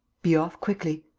be off, quickly.